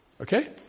Okay